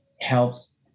helps